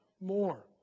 more